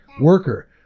worker